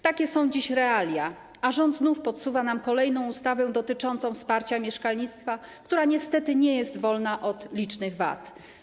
Takie są dziś realia, a rząd znów podsuwa nam kolejną ustawę dotyczącą wsparcia mieszkalnictwa, która niestety nie jest wolna od licznych wad.